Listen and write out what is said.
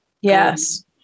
yes